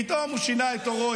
פתאום הוא שינה את עורו.